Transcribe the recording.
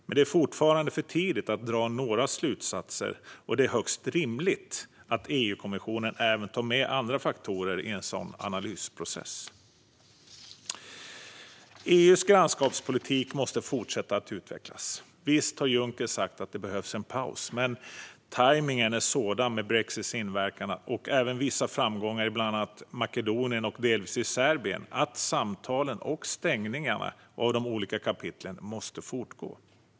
Men det är fortfarande för tidigt att dra några slutsatser, och det är högst rimligt att EU-kommissionen även tar med andra faktorer i en sådan analysprocess. EU:s grannskapspolitik måste fortsätta att utvecklas. Visst har Juncker sagt att det behövs en paus. Men tajmningen är sådan med brexits inverkan och även vissa framgångar i bland annat Makedonien och delvis Serbien att samtalen och stängningarna av de olika kapitlen måste fortgå.